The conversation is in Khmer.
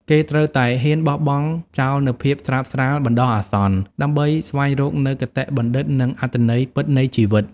គេត្រូវតែហ៊ានបោះបង់ចោលនូវភាពស្រើបស្រាលបណ្ដោះអាសន្ន ដើម្បីស្វែងរកនូវគតិបណ្ឌិត និងអត្ថន័យពិតនៃជីវិត។